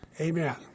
Amen